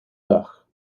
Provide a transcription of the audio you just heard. dag